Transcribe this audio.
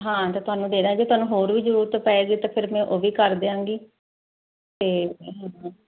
ਹਾਂ ਤਾਂ ਤੁਹਾਨੂੰ ਦੇ ਦਾਂਗੇ ਤੁਹਾਨੂੰ ਹੋਰ ਵੀ ਜਰੂਰਤ ਪੈ ਜੇ ਤਾਂ ਫਿਰ ਮੈਂ ਉਹ ਵੀ ਕਰ ਦਿਆਂਗੀ ਤੇ